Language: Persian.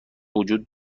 وجود